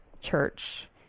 church